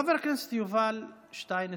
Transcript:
חבר הכנסת יובל שטייניץ,